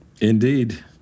Indeed